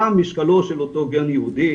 מה משקלו של אותו גן יהודי?